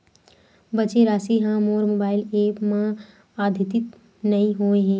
बचे राशि हा मोर मोबाइल ऐप मा आद्यतित नै होए हे